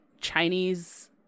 Chinese